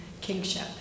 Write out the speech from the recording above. kingship